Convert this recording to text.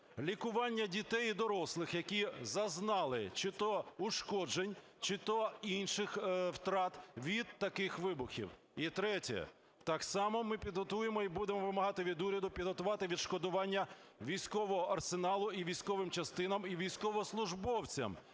лікування дітей і дорослих, які зазнали чи то ушкоджень, чи то інших втрат від таких вибухів. І третє. Так само ми підготуємо і будемо вимагати від уряду підготувати відшкодування військового арсеналу і військовим частинам, і військовослужбовцям,